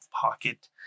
pocket